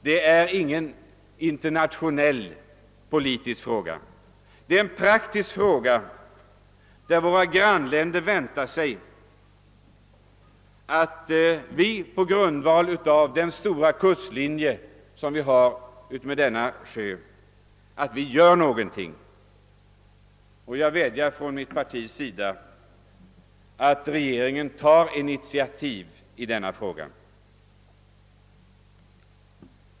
Det är ingen internationell politisk fråga utan en praktisk fråga. Våra grannländer väntar sig att vi gör någonting, just därför att vårt land har en mycket lång kustlinje utmed denna sjö. Jag vädjar från mitt partis sida till regeringen att ta initiativ i denna fråga..